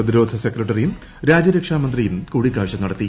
പ്രതിരോധ സെക്രട്ടറിയും രാജ്യരക്ഷാ മൂന്ത്രിയും കൂടിക്കാഴ്ച നടത്തി